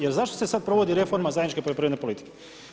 Jer zašto se sad provodi reforma zajedničke poljoprivredne politike?